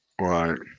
right